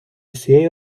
всієї